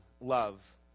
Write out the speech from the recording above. love